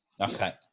Okay